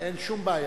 אין שום בעיה.